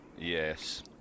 Yes